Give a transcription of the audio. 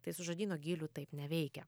tai su žodyno gyliu taip neveikia